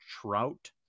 Trout